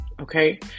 Okay